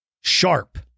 sharp